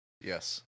Yes